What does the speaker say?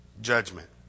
Judgment